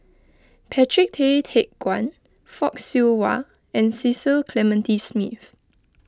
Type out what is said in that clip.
Patrick Tay Teck Guan Fock Siew Wah and Cecil Clementi Smith